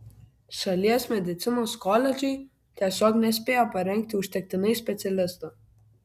šalies medicinos koledžai tiesiog nespėja parengti užtektinai specialistų